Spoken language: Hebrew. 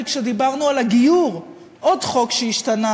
כי כשדיברנו על הגיור, עוד חוק שהשתנה,